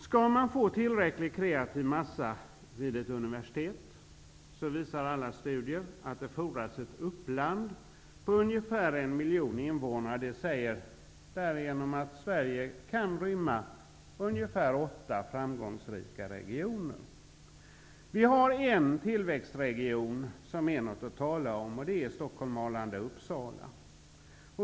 Skall man få tillräckligt antal studerande vid ett universitet, visar alla studier att det fordras ett uppland på ungefär en miljon invånare, vilket innebär att Sverige kan rymma ungefär åtta framgångsrika regioner. Vi har en tillväxtregion som är värd att tala om, nämligen Stockholm-Arlanda-Uppsala.